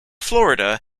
florida